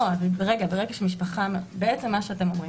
אתם אומרים,